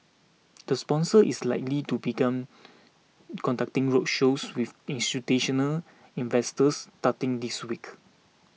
the sponsor is likely to begun conducting roadshows with institutional investors starting this week